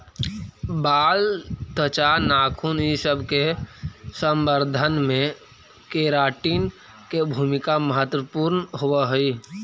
बाल, त्वचा, नाखून इ सब के संवर्धन में केराटिन के भूमिका महत्त्वपूर्ण होवऽ हई